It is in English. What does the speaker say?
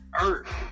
Earth